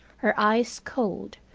her eyes cold,